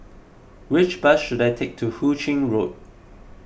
which bus should I take to Hu Ching Road